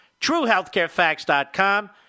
TrueHealthCareFacts.com